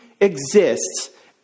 exists